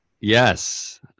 Yes